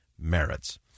merits